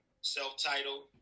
self-titled